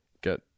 get